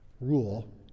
rule